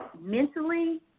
Mentally